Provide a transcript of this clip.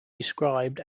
described